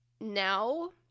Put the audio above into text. now